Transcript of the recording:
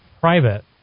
private